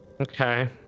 Okay